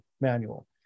manual